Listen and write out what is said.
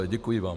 Děkuji vám.